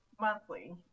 monthly